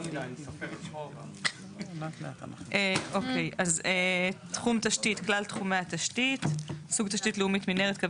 תוספת ראשונה (סעיף 31) טור א' תחום תשתיות טור ב' סוג